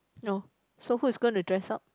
no so who is going to dress up